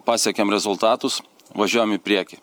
pasiekėm rezultatus važiuojam į priekį